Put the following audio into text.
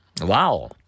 Wow